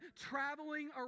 traveling